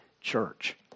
church